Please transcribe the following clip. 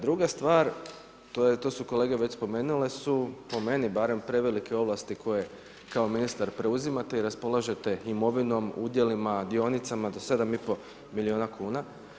Druga stvar to su kolege već spomenule su po meni barem prevelike ovlasti koje kao ministar preuzimate i raspolažete imovinom, udjelima, dionicama do 7,5 milijuna kuna.